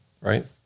right